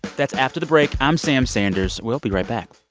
that's after the break. i'm sam sanders. we'll be right back